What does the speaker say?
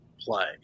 play